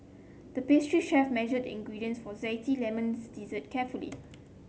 the pastry chef measured ingredients for zesty lemons dessert carefully